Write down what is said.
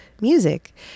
music